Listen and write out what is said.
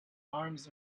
arms